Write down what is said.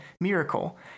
miracle